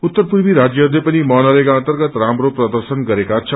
उत्तर पूर्वी राज्यहरूले पनि मनरेगा अर्न्तगत राम्रो प्रदैशन गरेका छन्